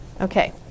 Okay